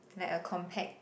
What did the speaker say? like a compact